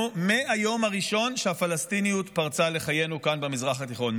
מהיום הראשון שהפלסטיניות פרצה לחיינו כאן במזרח התיכון.